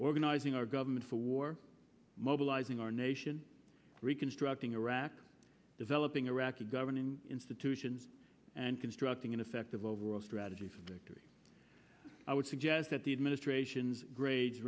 organizing our government for for mobilizing our nation reconstructing iraq developing iraqi governing institutions and constructing an effective overall strategy for victory i would suggest that the administration's grades